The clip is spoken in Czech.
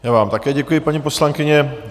Já vám také děkuji, paní poslankyně.